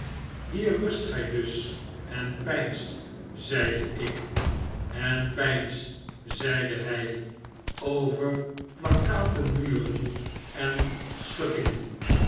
hier rust gy dus en peinst zeide ik en peins zeide hij over plakkaten muren en schuttingen